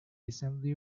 assembly